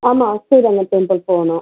ஆமாம் ஸ்ரீரங்கம் டெம்பிள் போகணும்